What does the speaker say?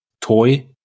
toy